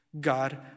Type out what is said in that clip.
God